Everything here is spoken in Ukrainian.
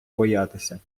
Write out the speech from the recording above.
боятися